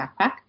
backpack